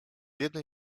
jednej